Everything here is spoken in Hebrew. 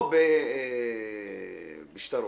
או בשטרות.